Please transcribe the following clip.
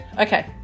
Okay